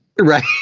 Right